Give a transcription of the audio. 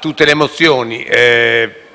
tutte le risoluzioni,